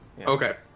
Okay